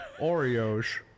Oreos